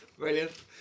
Brilliant